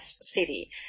city